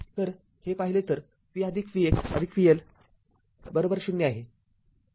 तर हे पाहिले तर v v x vL ० आहे